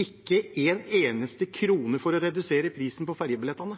ikke en eneste krone for å redusere prisen på